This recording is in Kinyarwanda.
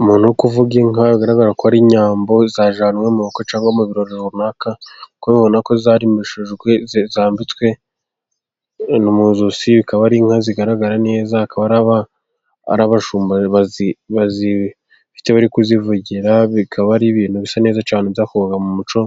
Umuntu uri kuvuga inka, bigaragara ko ari inyambo zajyanwe mu bukwe cyangwa mu birori runaka, kuko ubona ko zarimbishijwe, zambitswe ibintu mu ijosi. Zikaba ari inka zigaragara neza, akaba ari abashumba bazifite bari kuzivugira. Bikaba ari ibintu bisa neza cyane byakorwaga mu muco